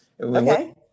Okay